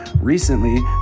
Recently